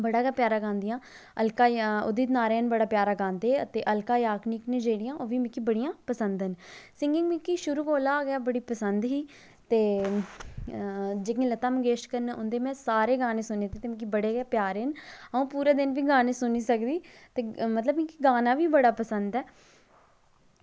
बड़ा गै प्यारा गांदियां अलका उदित नारायण बी बड़ा प्यारा गांदे ते अलका याज्ञनिक न जेह्ड़ियां ओह्बी मिगी बड़ियां पसंद न सिंगिंग मिगी शुरू कोला गै बड़ी पसंद ही ते जेह्ड़ियां लता मंगेशकर न उंदियां में सारे गाने सुने दे न मिगी सारे गै पसंद न अंऊ पूरे दिन बी गाने सुनी सकदी ते मिगी गाना बी बड़ा पसंद ऐ